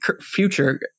future